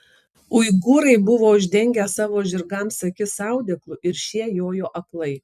uigūrai buvo uždengę savo žirgams akis audeklu ir šie jojo aklai